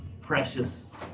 precious